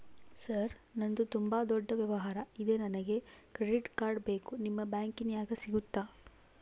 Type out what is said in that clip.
Sir ನಂದು ತುಂಬಾ ದೊಡ್ಡ ವ್ಯವಹಾರ ಇದೆ ನನಗೆ ಕ್ರೆಡಿಟ್ ಕಾರ್ಡ್ ಬೇಕು ನಿಮ್ಮ ಬ್ಯಾಂಕಿನ್ಯಾಗ ಸಿಗುತ್ತಾ?